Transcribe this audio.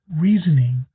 reasoning